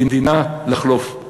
דינה לחלוף.